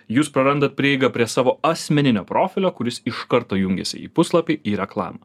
jūs prarandat prieigą prie savo asmeninio profilio kuris iš karto jungiasi į puslapį į reklamą